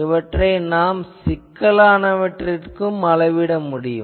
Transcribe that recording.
இவற்றை நாம் சிக்கலானவற்றிற்கும் அளவிட முடியும்